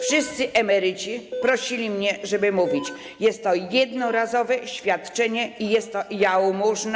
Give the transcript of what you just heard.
Wszyscy emeryci prosili mnie, żeby mówić: jest to jednorazowe świadczenie i jest to jałmużna.